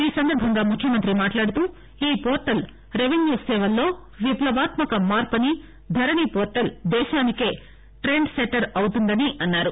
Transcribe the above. ఈ సందర్బంగా ముఖ్యమంత్రి మాట్లాడుతూ ఈ పోర్లల్ రెపెన్యూ సేవల్లో విప్లవాత్మక మార్పు అని ధరణి పోర్టల్ దేశానికే ట్రెండ్ సెట్టర్ అవుతుందని ఆయన అన్నారు